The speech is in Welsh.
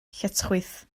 lletchwith